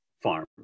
farm